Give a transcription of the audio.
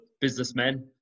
businessmen